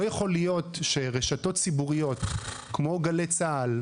לא יכול להיות שרשתות ציבוריות כמו גלי צה"ל,